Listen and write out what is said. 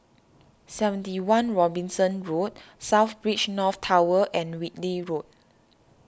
seventy one Robinson Road South Beach North Tower and Whitley Road